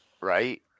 Right